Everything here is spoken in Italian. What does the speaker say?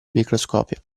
microscopio